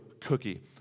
cookie